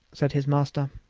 said his master.